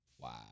Wow